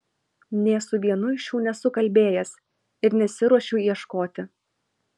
nė su vienu iš jų nesu kalbėjęs ir nesiruošiu ieškoti